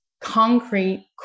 concrete